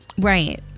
Right